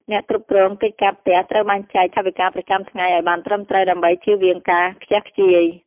អ្នកគ្រប់គ្រងកិច្ចការផ្ទះត្រូវបែងចែកថវិកាប្រចាំថ្ងៃឱ្យបានត្រឹមត្រូវដើម្បីចៀសវាងការខ្ជះខ្ជាយ។